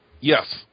Yes